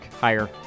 Higher